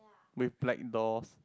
with black doors